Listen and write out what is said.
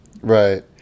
Right